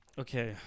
Okay